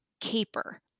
caper